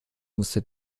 musste